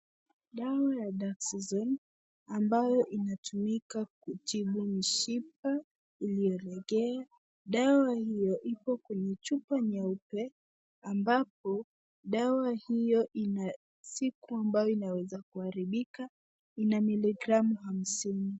Dawa ya Dexazone, ambayo inatumika kutibu mishipa iliyolegea. Dawa iyo ipo kwenye chupa nyeupe ambapo dawa hiyo ina siku ambayo inaweza kuharibika. Ina miligramu hamsini.